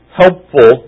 helpful